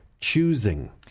choosing